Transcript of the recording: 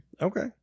Okay